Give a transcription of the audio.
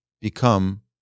become